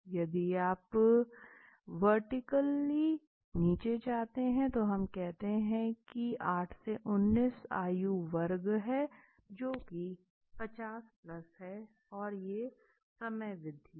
यदि आप वर्टिकली नीचे जाते हैं तो हम कहते हैं कि ये 8 से 19 आयु वर्ग हैं जो की 50 प्लस है और ये समयावधि हैं